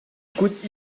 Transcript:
kut